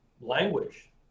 Language